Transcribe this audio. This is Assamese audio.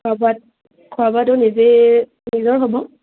খোৱা বোৱা খোৱা বোৱাতো নিজেই নিজৰ হ'ব